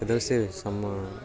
ಎದುರ್ಸ್ತೇವಿ ಸಮ್ಮ